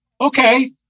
Okay